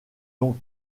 donc